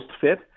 fit